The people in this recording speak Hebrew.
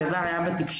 הדבר היה בתקשורת,